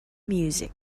music